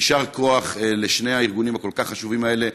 יישר כוח לשני הארגונים הכל-כך חשובים האלה.